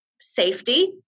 safety